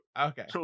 Okay